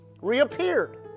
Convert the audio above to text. reappeared